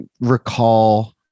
recall